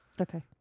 Okay